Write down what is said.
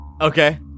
Okay